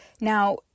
Now